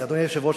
אדוני היושב-ראש,